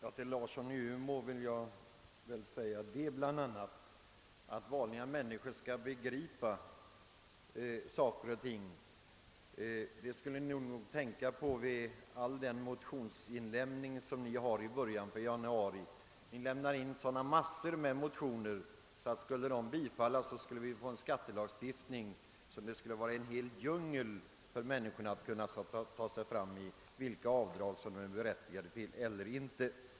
Herr talman! Herr Larsson i Umeå säger att vanliga människor skall begripa saker och ting. Det borde ni nog tänka på vid den motionsavlämning som ni ägnar er åt i januari varje år. Om alla era motioner bifölls, skulle vi få en djungel av skatteregler, i vilken män niskorna måste försöka leta sig fram till vilka avdrag som de är berättigade till eller inte.